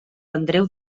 andreu